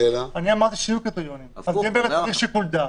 אני אמרתי שיהיו קריטריונים כי זה